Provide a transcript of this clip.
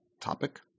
topic